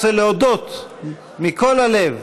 אני רוצה להודות מכל הלב